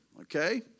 okay